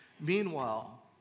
Meanwhile